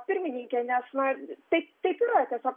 pirmininkė nes na taip taip yra tiesiog